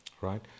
right